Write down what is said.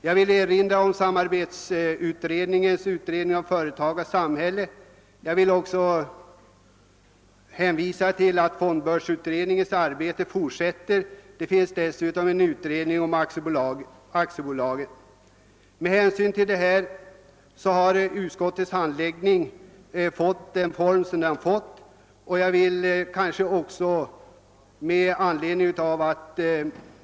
Jag vill erinra om samarbetsutredningens betänkande »Företag och samhälle», och jag hänvisar till att fondbörsutredningens arbete fortsätter. Dessutom finns det en utredning om aktiebolagen. Med hänsyn till utskottets handläggning av motionen vill jag beröra fondbörsutredningens direktiv.